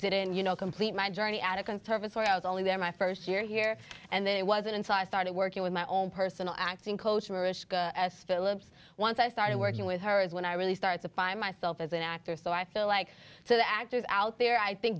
didn't you know complete my journey at a conservatory i was only there my first year here and then it was an inside started working with my own personal acting coach and phillips once i started working with her is when i really started to find myself as an actor so i feel like so the actors out there i think